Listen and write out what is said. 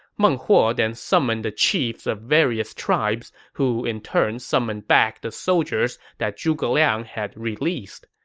meng huo then summoned the chiefs of various tribes, who in turn summoned back the soldiers that zhuge liang had released.